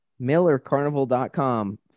MillerCarnival.com